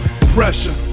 pressure